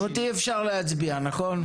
אם זה נושא חדש, אי-אפשר להצביע, נכון?